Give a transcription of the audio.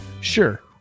Sure